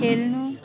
खेल्नु